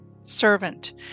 servant